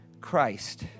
Christ